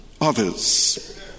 others